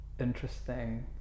interesting